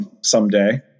someday